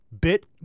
bit